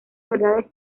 verdades